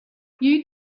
you